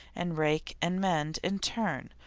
and rake, and mend in turn,